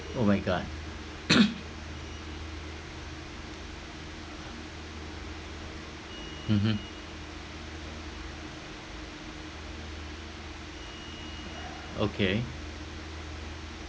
oh my god mmhmm okay